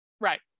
Right